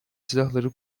silahları